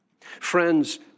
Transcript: Friends